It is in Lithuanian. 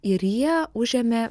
ir jie užėmė